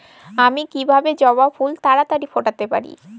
আমি কিভাবে জবা ফুল তাড়াতাড়ি ফোটাতে পারি?